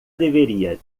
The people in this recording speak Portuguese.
deveria